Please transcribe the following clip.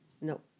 No